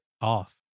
off